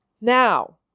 Now